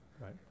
right